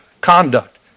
conduct